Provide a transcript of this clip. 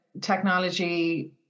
technology